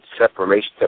separation